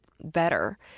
better